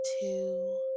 two